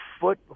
foot